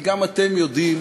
כי גם אתם יודעים